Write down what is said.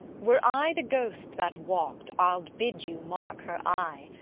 were i the ghost that walk'd, i'd bid you mark her eye,